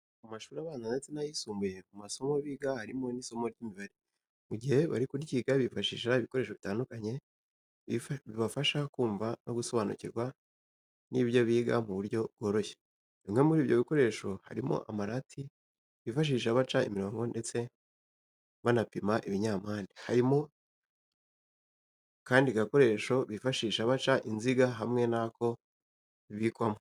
Mu mashuri abanza ndetse n'ayisumbuye mu masomo biga harimo n'isomo ry'imibare. Mu gihe bari kuryiga bifashisha ibikoresho bitandukanye bibafasha kumva no gusobanukirwa n'ibyo biga mu buryo bworoshye. Bimwe muri ibyo bikoresho harimo amarati bifashisha baca imirongo ndetse banapima ibinyampande, harimo kandi n'agakoresho bifashisha baca inziga hamwe n'ako bibikwamo.